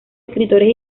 escritores